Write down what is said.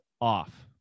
off